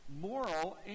moral